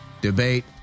debate